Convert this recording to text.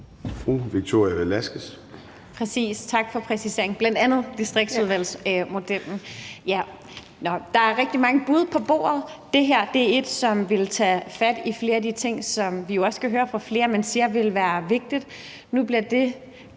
Victoria Velasquez (EL): Præcis! Tak for præciseringen, bl.a. af distriktsmodellen. Nå, der er rigtig mange bud på bordet. Det her er et, som ville tage fat i flere af de ting, som man jo også kan høre flere sige ville være vigtigt. Nu bliver det